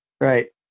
right